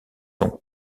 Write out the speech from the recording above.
sont